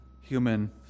human